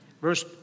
verse